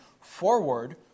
forward